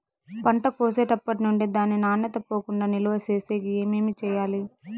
పంట కోసేటప్పటినుండి దాని నాణ్యత పోకుండా నిలువ సేసేకి ఏమేమి చేయాలి?